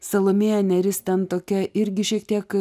salomėja nėris ten tokia irgi šiek tiek